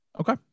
Okay